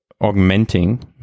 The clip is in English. augmenting